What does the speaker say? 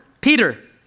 Peter